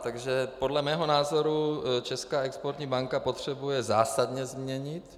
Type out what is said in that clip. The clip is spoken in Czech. Takže podle mého názoru Česká exportní banka potřebuje zásadně změnit.